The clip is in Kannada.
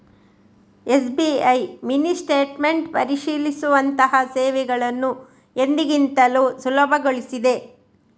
ಎಸ್.ಬಿ.ಐ ಮಿನಿ ಸ್ಟೇಟ್ಮೆಂಟ್ ಪರಿಶೀಲಿಸುವಂತಹ ಸೇವೆಗಳನ್ನು ಎಂದಿಗಿಂತಲೂ ಸುಲಭಗೊಳಿಸಿದೆ